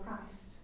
Christ